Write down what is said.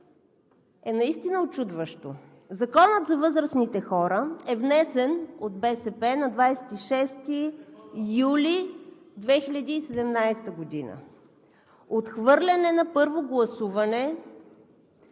е наистина учудващо. Законът за възрастните хора е внесен от БСП на 26 юли 2017 г., отхвърлен е на първо гласуване